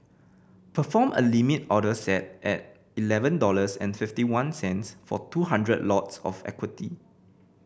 perform a Limit order set at eleven dollars and fifty one cents for two hundred lots of equity